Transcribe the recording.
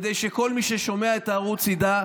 כדי שכל מי ששומע את הערוץ ידע,